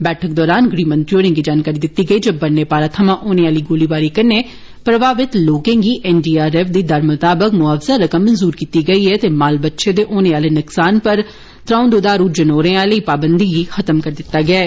बैठक दरान गृहमंत्री होरें गी जानकारी दित्ती गेई जे बन्ने पार थमां होने आली गोलीबारी कन्नै प्रभावत लोकें गी एनडीआरएफ दी दरें मताबक मुआवजा रकम मंजूर कीती गेई ऐ ते माल बच्छे दे होने आले नसकान पर त्रौं दुधारू जनोरें आली पाबंधी बी खत्म करी दित्ती गेई ऐ